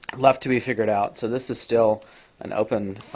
left to be figured out. so this is still an open,